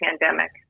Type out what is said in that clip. pandemic